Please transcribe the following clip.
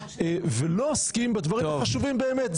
ולא עוסקים בדברים החשובים באמת.